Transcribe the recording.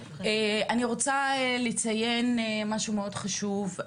אני רוצה לציין משהו מאוד חשוב.